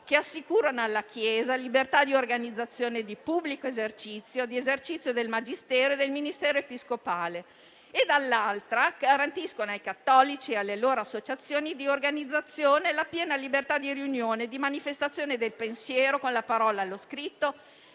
che assicurano alla Chiesa libertà di organizzazione, di pubblico esercizio del culto, di esercizio del magistero e del ministero episcopale dall'altra garantiscono ai cattolici e alle loro associazioni e organizzazioni la piena libertà di riunione e di manifestazione del pensiero, con la parola, lo scritto